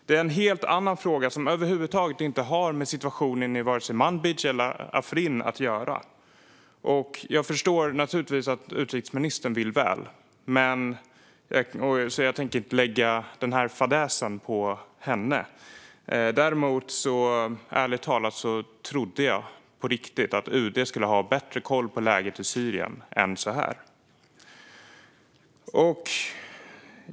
Det är en helt annan fråga som över huvud taget inte har med situationen i vare sig Manbij eller Afrin att göra. Jag förstår naturligtvis att utrikesministern vill väl, så jag tänker inte lägga fadäsen på henne. Däremot trodde jag ärligt talat att UD skulle ha bättre koll på läget i Syrien än så här.